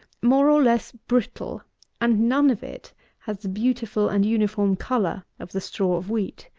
more or less brittle and none of it has the beautiful and uniform colour of the straw of wheat.